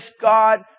God